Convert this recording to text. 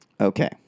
Okay